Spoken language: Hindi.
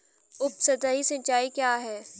उपसतही सिंचाई क्या है?